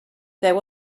there